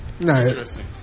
Interesting